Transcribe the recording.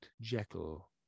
jekyll